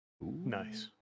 Nice